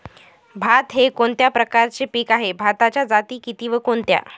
भात हे कोणत्या प्रकारचे पीक आहे? भाताच्या जाती किती व कोणत्या?